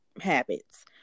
habits